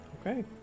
Okay